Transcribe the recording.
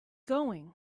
going